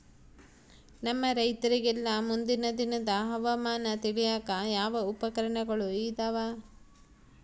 ನಮ್ಮ ರೈತರಿಗೆಲ್ಲಾ ಮುಂದಿನ ದಿನದ ಹವಾಮಾನ ತಿಳಿಯಾಕ ಯಾವ ಉಪಕರಣಗಳು ಇದಾವ?